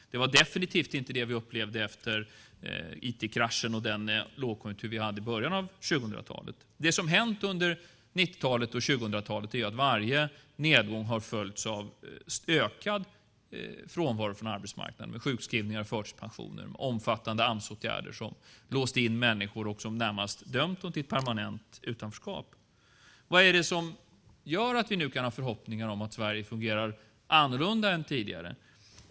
Det är definitivt inte vad vi upplevde efter IT-kraschen och lågkonjunkturen i början av 2000-talet. Det som hände under 1990-talet och tidigare under 2000-talet var att varje nedgång följdes av en ökad frånvaro från arbetsmarknaden med sjukskrivningar, förtidspension och omfattande Amsåtgärder som låste in människor och som närmast dömt dem till ett permanent utanförskap. Vad är det som gör att vi nu kan ha en förhoppning om att Sverige fungerar annorlunda än tidigare?